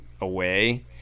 away